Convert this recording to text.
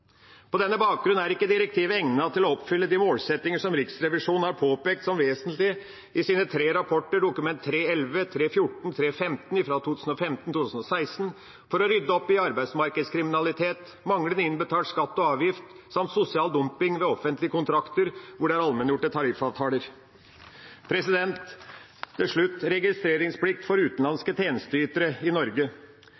På denne bakgrunn er direktivet ikke egnet til å oppfylle de målsettinger som Riksrevisjonen har påpekt som vesentlige i sine tre rapporter – Dokument 3:11, Dokument 3:14 og Dokument 3:15, alle for 2015–2016 – for å rydde opp i arbeidsmarkedskriminalitet, manglende innbetalt skatt og avgift samt sosial dumping ved offentlige kontrakter hvor det er allmenngjorte tariffavtaler. Til slutt til registreringsplikt for